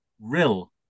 Rill